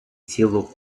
цілу